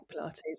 Pilates